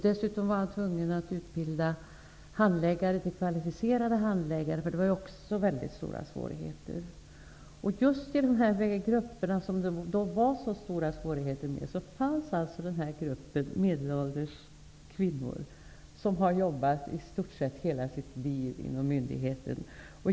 Dessutom var han tvungen att utbilda handläggare till kvalificerade handläggare, och det var också förknippat med mycket stora svårigheter. I just dessa grupper som det var så stora svårigheter med, ingick gruppen medelålders kvinnor som har jobbat i stort sett hela sitt yrkesverksamma liv inom myndigheten.